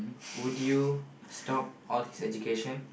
would you stop all his education